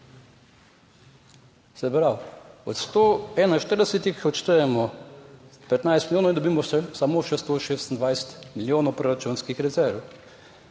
Se pravi, od 141 odštejemo 15 milijonov in dobimo samo še 126 milijonov proračunskih rezerv,